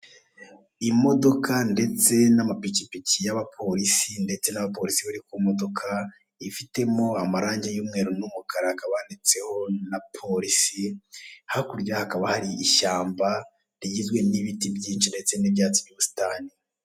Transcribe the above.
Imodoka ndetse n'amapikipiki y'abapolisi. ndetse na abapolisi bari mu modoka, ifitemo amaragi y'umwreru n'umukara hakaba handitseho na police. Hakurya hakaba hari ishyamba rigizwe n'ibiti byinshi, ndetse n'ibyatsi by'ubusitani.